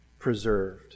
preserved